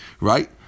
Right